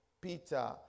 Peter